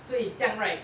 所以这样 right